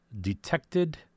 detected